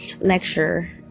lecture